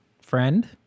friend